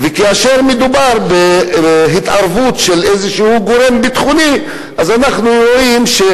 ואני יכולה להמשיך כאן עוד שורה ארוכה של חוקים בנושא מעמד האשה